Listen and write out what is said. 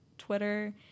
Twitter